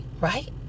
right